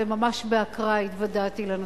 וממש באקראי התוודעתי לנושא.